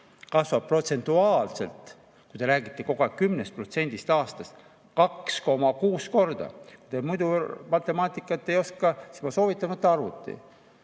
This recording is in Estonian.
kasvab protsentuaalselt, kui te räägite kogu aeg 10%-st aastas, 2,6 korda. Kui te muidu matemaatikat ei oska, siis ma soovitan, võtke arvuti,